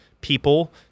people